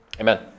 Amen